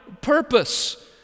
purpose